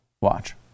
Watch